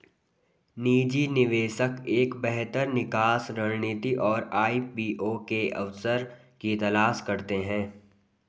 निजी निवेशक एक बेहतर निकास रणनीति और आई.पी.ओ के अवसर की तलाश करते हैं